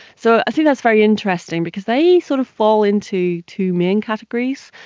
so i think that's very interesting because they sort of fall into two main categories,